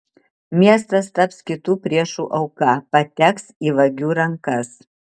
miestas taps kitų priešų auka pateks į vagių rankas